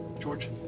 George